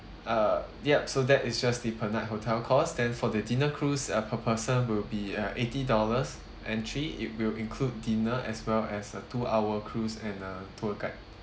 uh yup so that is just the per night hotel cost then for the dinner cruise uh per person will be uh eighty dollars entry it will include dinner as well as a two hour cruise and a tour guide